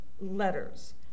letters